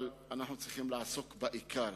אבל אנחנו צריכים לעסוק בעיקר.